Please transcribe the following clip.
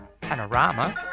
panorama